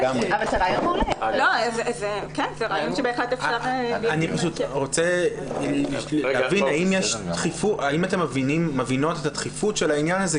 אני פשוט רוצה להבין האם אתן מבינות את הדחיפות של העניין הזה,